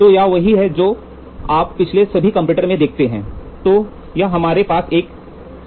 तो यह वही है जो आप पिछले सभी कंपैरेटर में देखते हैं तो यहाँ हमारे पास एक स्लिट डायफ्राम है